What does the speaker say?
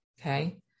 okay